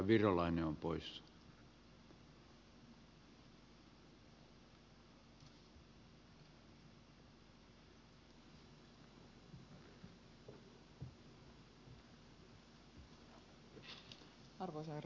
arvoisa herra puhemies